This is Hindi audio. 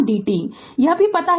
यह भी पता है कि i dqdt